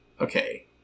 Okay